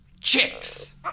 Chicks